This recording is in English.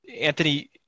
Anthony